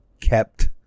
kept